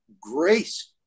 grace